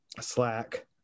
slack